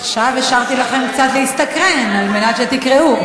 עכשיו השארתי לכם קצת להסתקרן, כדי שתקראו.